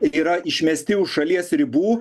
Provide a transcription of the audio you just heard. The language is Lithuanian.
yra išmesti už šalies ribų